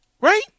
Right